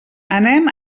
anem